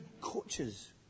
coaches